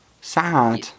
Sad